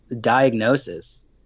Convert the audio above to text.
diagnosis